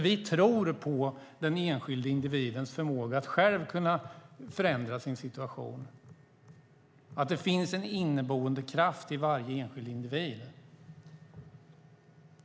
Vi tror på den enskilda individens förmåga att själv förändra sin situation, på att det hos varje enskild individ finns en inneboende kraft.